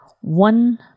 One